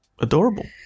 Adorable